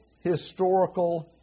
historical